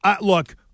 Look